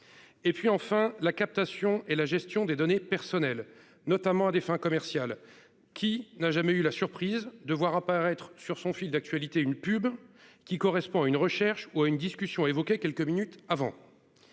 Et puis enfin la captation et la gestion des données personnelles, notamment à des fins commerciales qui n'a jamais eu la surprise de voir apparaître sur son fil d'actualité une pub qui correspond à une recherche ou à une discussion évoquait quelques minutes avant.